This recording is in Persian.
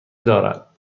دارد